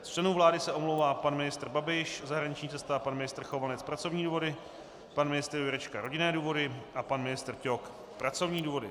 Z členů vlády se omlouvají: pan ministr Babiš zahraniční cesta, pan ministr Chovanec pracovní důvody, pan ministr Jurečka rodinné důvody a pan ministr Ťok pracovní důvody.